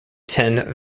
ten